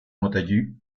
montagu